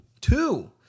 Two